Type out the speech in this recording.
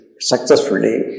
successfully